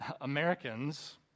Americans